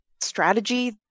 strategy